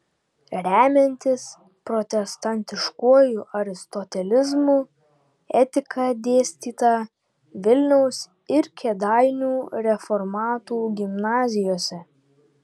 remiantis protestantiškuoju aristotelizmu etika dėstyta vilniaus ir kėdainių reformatų gimnazijose